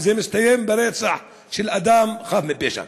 זה מסתיים ברצח של אדם חף מפשע.